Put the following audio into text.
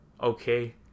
okay